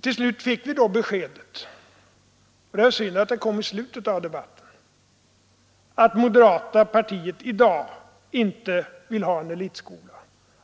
Till slut fick vi nu ändå beskedet — och det var synd att det kom så här i debattens slutskede — att moderata partiet i dag inte vill ha en elitskola